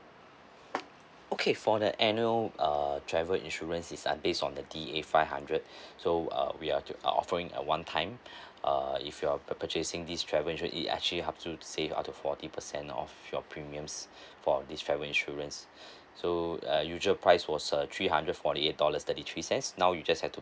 okay for the annual err travel insurance is uh based on the D A five hundred so uh we are uh offering uh one time uh if you're pur~ purchasing this travel insurance it actually helps you to save up to forty percent of your premiums for this travel insurance so uh usual price was uh three hundred forty eight dollars thirty three cents now you just have to